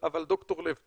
ד"ר לב,